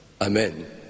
Amen